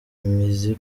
imizi